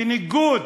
בניגוד